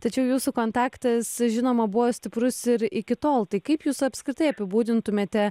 tačiau jūsų kontaktas žinoma buvo stiprus ir iki tol tai kaip jūs apskritai apibūdintumėte